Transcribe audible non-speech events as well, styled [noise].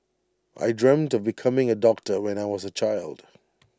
I dreamt of becoming A doctor when I was A child [noise]